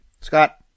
Scott